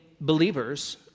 believers